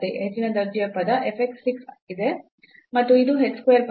ಹೆಚ್ಚಿನ ದರ್ಜೆಯ ಪದ f x 6 ಇದೆ ಮತ್ತು ಇದು h square ಪದ